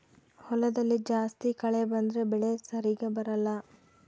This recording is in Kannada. ಹೊಲದಲ್ಲಿ ಜಾಸ್ತಿ ಕಳೆ ಬಂದ್ರೆ ಬೆಳೆ ಸರಿಗ ಬರಲ್ಲ